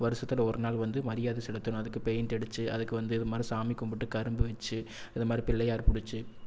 வருஷத்தில் ஒரு நாள் வந்து மரியாதை செலுத்தணும் அதுக்கு பெயிண்டு அடிச்சி அதுக்கு வந்து இது மாரி சாமி கும்பிட்டு கரும்பு வெச்சி இது மாரி பிள்ளையார் புடிச்சி